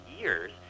years